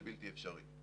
זה בלתי אפשרי,